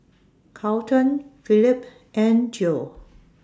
Carlton Felipe and Geo